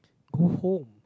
go home